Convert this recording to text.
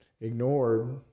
ignored